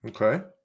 Okay